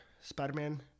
Spider-Man